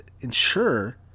ensure